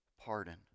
pardon